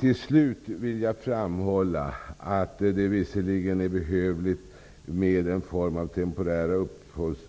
Slutligen vill jag framhålla att det visserligen är behövligt med en form av temporära